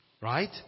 Right